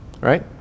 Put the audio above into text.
right